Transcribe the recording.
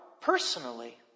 personally